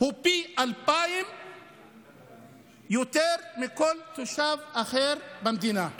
הוא פי אלפיים יותר מלכל תושב אחר במדינה.